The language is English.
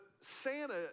Santa